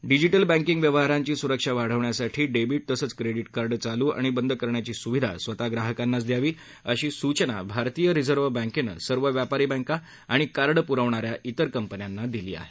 digital बँकीग व्यवहारांची सुरक्षा वाढवण्यासाठी डेबिट तसंच क्रेडीट कार्ड चालू आणि बंद करण्याची सुविधा स्वतः ग्राहकांनाच द्यावी अशी सूचना भारतीय रिझर्व्ह बँकेनं सर्व व्यापारी बँका आणि कार्ड पुरवणाऱ्या इतर कंपन्यांना दिली आहे